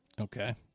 Okay